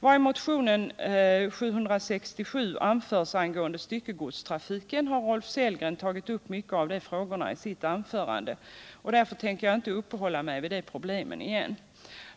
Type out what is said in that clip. Rolf Sellgren har i sitt anförande tagit upp många av de frågor som i motionen 767 anförs angående styckegodstrafiken. Därför tänker jag inte uppehålla mig vid de problemen igen.